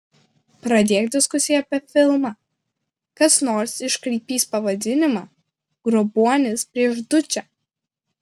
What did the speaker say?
pradėk diskusiją apie filmą kas nors iškraipys pavadinimą grobuonis prieš dučę